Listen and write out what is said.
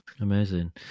amazing